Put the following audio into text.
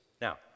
now